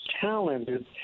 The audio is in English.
talented